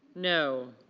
no.